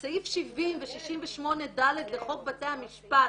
את סעיף 70 ו-68(ד) לחוק בתי המשפט,